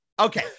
Okay